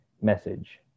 message